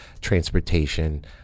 transportation